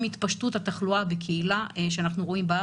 עם התפשטות התחלואה בקהילה שאנחנו רואים בארץ,